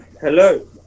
Hello